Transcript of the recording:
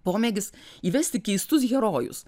pomėgis įvesti keistus herojus